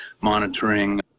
monitoring